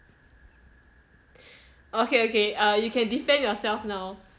okay okay uh you can defend yourself now